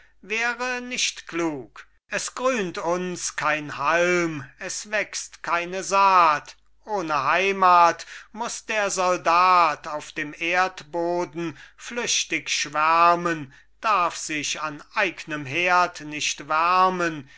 wäre nicht klug es grünt uns kein halm es wächst keine saat ohne heimat muß der soldat auf dem erdboden flüchtig schwärmen darf sich an eignem herd nicht wärmen